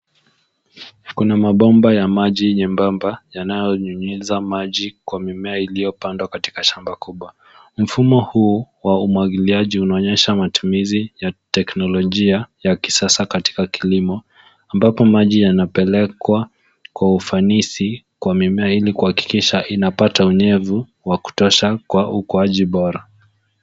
Kuna mbaomba ya maji nyembamba yanayonyunyiza maji kwa mimea iliyopandwa katika shamba kubwa. Mfumo huu wa umwagiliaji unaonyesha matumizi ya teknolojia ya kisasa katika kilimo ambapo maji yanapelekwa kwa ufanisi kwa mimea ili kuhakikisha inapata unyevu wa kutosha kwa ukuaji bora.